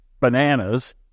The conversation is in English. bananas